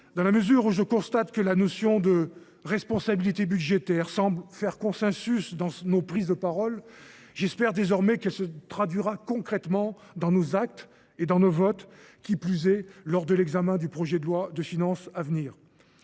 collectif. Je constate que la notion de « responsabilité budgétaire » semble faire consensus dans nos prises de parole. J’espère donc qu’elle se traduira concrètement dans nos actes et dans nos votes, à plus forte raison lors de l’examen du projet de loi de finances à venir.